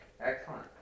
Excellent